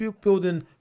building